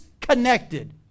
connected